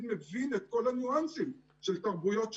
מבין את כל הניואנסים של תרבויות שונות.